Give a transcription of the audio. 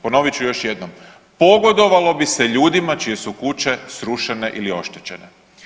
Ponovit ću još jednom, pogodovalo bi se ljudima čije su kuće srušene ili oštećene.